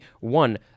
one